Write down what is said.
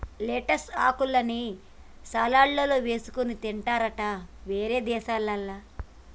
lettuce ఆకుల్ని సలాడ్లల్ల వేసుకొని తింటారట వేరే దేశాలల్ల